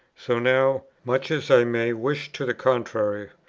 so now, much as i may wish to the contrary,